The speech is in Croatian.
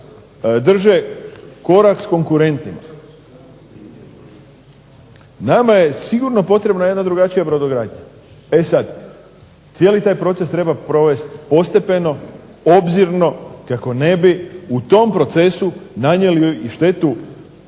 drže korak s konkurentima. Nama je sigurno potrebna jedna drugačija brodogradnja. E sad, cijeli taj proces treba provesti postepeno, obzirno kako ne bi u tom procesu nanijeli joj i štetu